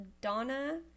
Donna